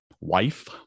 wife